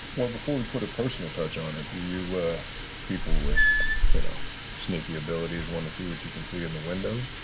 well, before we put a personal touch on it, do you people with you know sneaky abilities want to see what you can see in the windows?